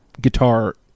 guitar